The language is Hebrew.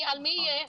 על מי יהיה?